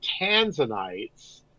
tanzanites